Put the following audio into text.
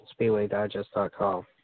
SpeedwayDigest.com